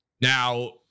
Now